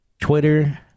Twitter